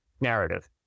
narrative